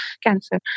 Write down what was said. cancer